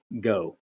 go